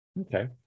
Okay